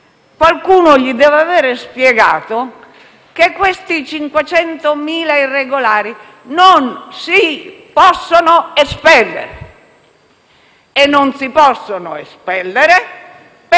qualcuno gli deve aver spiegato che questi 500.000 irregolari non si possono espellere. E non si possono espellere perché